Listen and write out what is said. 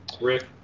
Rick